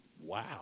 Wow